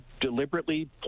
deliberately